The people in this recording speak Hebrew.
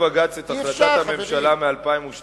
בג"ץ פסל את החלטת הממשלה מ-2002